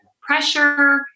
pressure